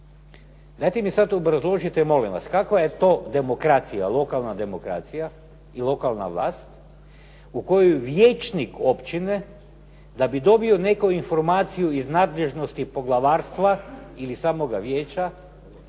Dajete mi sada obrazložite, molim vas, kakva je to demokracija, lokalna demokracija i lokalna vlast u kojoj vijećnik općine da bi dobio neku informaciju iz nadležnosti poglavarstva, ili samoga vijeća,